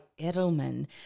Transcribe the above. Edelman